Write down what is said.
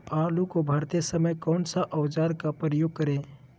आलू को भरते समय कौन सा औजार का प्रयोग करें?